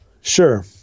Sure